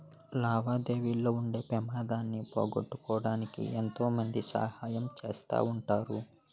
లావాదేవీల్లో ఉండే పెమాదాన్ని పోగొట్టడానికి ఎంతో మంది సహాయం చేస్తా ఉంటారు